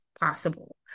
possible